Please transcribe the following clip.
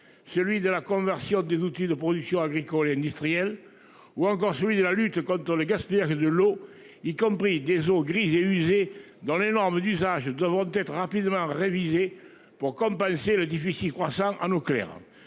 celui de la conversion des outils de production agricole, industrielle ou encore celui de la lutte contre le gaspillage de l'eau, y compris des eaux grises et usé dans les normes d'usage devront être rapidement réviser pour compenser le déficit croissant en au clair.